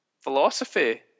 philosophy